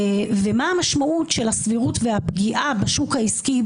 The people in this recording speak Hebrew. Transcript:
ומה המשמעות של הסבירות והפגיעה בשוק העסקי,